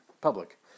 public